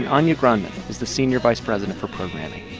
and anya grundmann is the senior vice president for programming.